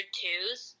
twos